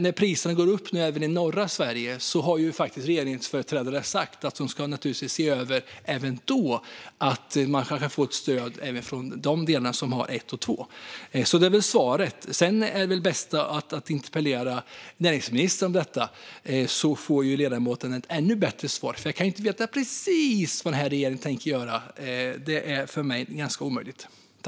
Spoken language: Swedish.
När priserna nu går upp även i norra Sverige har faktiskt regeringsföreträdare sagt att man ska se över om även elprisområdena 1 och 2 kan få stöd. Det är väl svaret på frågan. Sedan är det väl bäst att interpellera näringsministern om detta, så får ledamoten ett ännu bättre svar, för jag kan ju inte veta precis vad den här regeringen tänker göra. Det är för mig ganska omöjligt.